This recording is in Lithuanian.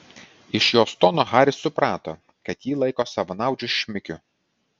iš jos tono haris suprato kad jį laiko savanaudžiu šmikiu